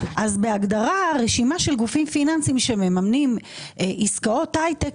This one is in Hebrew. אז בהגדרה רשימה של גופים פיננסיים שמממנים עסקאות הייטק,